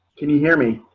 can you hear me.